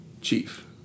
Chief